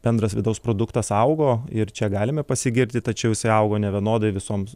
bendras vidaus produktas augo ir čia galime pasigirti tačiau jisai augo nevienodai visoms